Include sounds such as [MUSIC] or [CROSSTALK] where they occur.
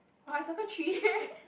oh I circle three [LAUGHS]